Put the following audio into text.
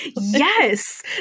Yes